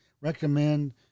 recommend